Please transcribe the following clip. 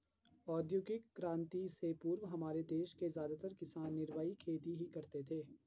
औद्योगिक क्रांति से पूर्व हमारे देश के ज्यादातर किसान निर्वाह खेती ही करते थे